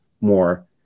more